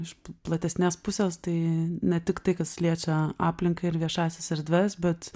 iš platesnės pusės tai ne tik tai kas liečia aplinką ir viešąsias erdves bet